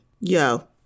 Yo